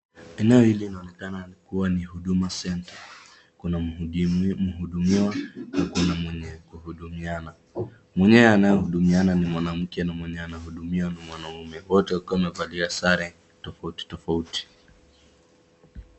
Eneo hili inaonekana kuwa ni Huduma Center. Kuna mhudumiwa na kuko na mwenye kuhudumiana. Mwenyewe anayehudumiana ni mwanamke na mwenye anahudumiwa ni mwanaume. Wote wakiwa wamevalia sare tofauti tofauti.